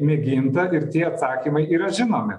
mėginta ir tie atsakymai yra žinomi